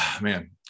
man